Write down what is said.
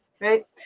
right